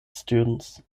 students